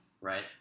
right